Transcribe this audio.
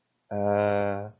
uh